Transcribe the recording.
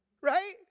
Right